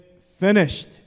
finished